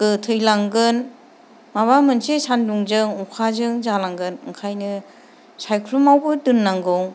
फोथैलांगोन माबा मोनसे सान्दुंजों अखाजों जालांगोन ओंखायनो सायख्लुमावबो दोननांगौ